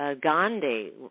Gandhi